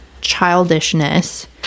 childishness